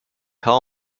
how